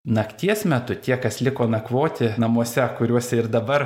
nakties metu tie kas liko nakvoti namuose kuriuose ir dabar